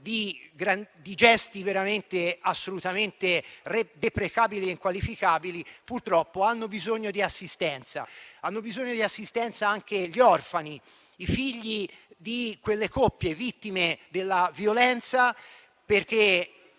Grazie a tutti